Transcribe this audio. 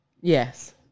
Yes